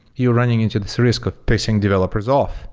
you're running into this risk of placing developers off,